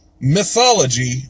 mythology